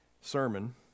sermon